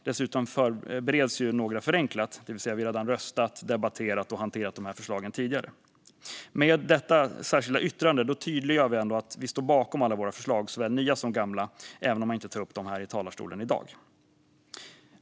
Dessutom bereds några förenklat - det vill säga vi har redan röstat om debatterat och hanterat dessa förslag tidigare. Med detta särskilda yttrande tydliggör vi ändå att vi står bakom alla våra förslag, såväl nya som gamla, även om jag inte tar upp dem här i talarstolen i dag.